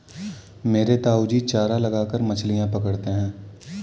मेरे ताऊजी चारा लगाकर मछलियां पकड़ते हैं